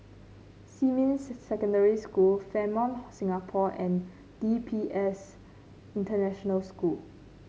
Xinmin Secondary School Fairmont Singapore and D P S International School